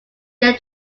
began